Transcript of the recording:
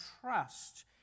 trust